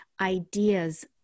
ideas